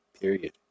period